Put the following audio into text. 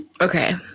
Okay